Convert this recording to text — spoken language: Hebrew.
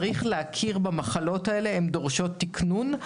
צריך להכיר במחלות האלה, הן דורשות תקנון.